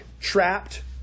trapped